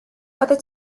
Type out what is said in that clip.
whether